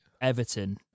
Everton